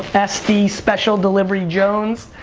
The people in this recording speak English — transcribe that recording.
sd special delivery jones.